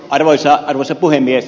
arvoisa puhemies